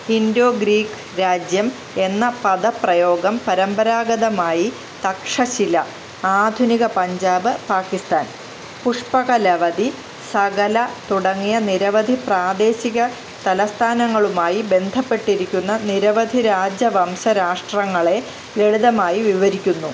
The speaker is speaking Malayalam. ഇൻഡോ ഗ്രീക്ക് രാജ്യം എന്ന പദപ്രയോഗം പരമ്പരാഗതമായി തക്ഷശില ആധുനിക പഞ്ചാബ് പാകിസ്താൻ പുഷ്കലവതി സഗല തുടങ്ങിയ നിരവധി പ്രാദേശിക തലസ്ഥാനങ്ങളുമായി ബന്ധപ്പെട്ടിരിക്കുന്ന നിരവധി രാജവംശ രാഷ്ട്രങ്ങളെ ലളിതമായി വിവരിക്കുന്നു